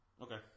Okay